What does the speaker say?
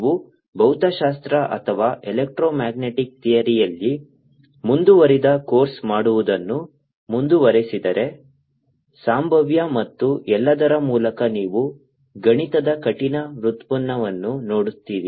ನೀವು ಭೌತಶಾಸ್ತ್ರ ಅಥವಾ ಎಲೆಕ್ಟ್ರೋಮ್ಯಾಗ್ನೆಟಿಕ್ ಥಿಯರಿಯಲ್ಲಿ ಮುಂದುವರಿದ ಕೋರ್ಸ್ ಮಾಡುವುದನ್ನು ಮುಂದುವರಿಸಿದರೆ ಸಂಭಾವ್ಯ ಮತ್ತು ಎಲ್ಲದರ ಮೂಲಕ ನೀವು ಗಣಿತದ ಕಠಿಣ ವ್ಯುತ್ಪನ್ನವನ್ನು ನೋಡುತ್ತೀರಿ